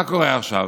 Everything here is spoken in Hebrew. מה קורה עכשיו?